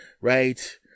right